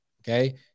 okay